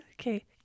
Okay